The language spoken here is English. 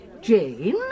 Jane